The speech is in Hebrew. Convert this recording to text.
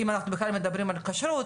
אם אנחנו בכלל מדברים על כשרות,